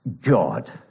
God